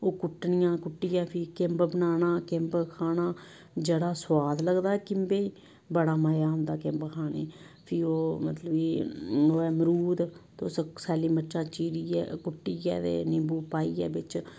ओह् कुट्टनियां कुट्टियै फ्ही किंब बनाना किंब खाना जेह्ड़ा सुआद लगदा किंबें गी बड़ा मजा औंदा किंब खाने गी फ्ही ओह् मतलब कि ओह् ऐ मरूद तुस सैलियां मिर्चा चीरियै कुट्टियै ते निंबू पाइयै बिच्च